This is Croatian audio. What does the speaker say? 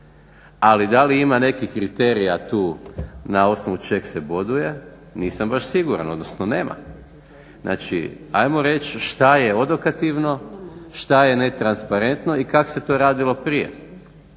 Ali da li ima nekih kriterija tu na osnovu čeg se boduje nisam baš siguran, odnosno nema. Znači, hajmo reći šta je odokativno, šta je netransparentno i kak' se to radilo prije.